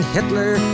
Hitler